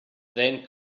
then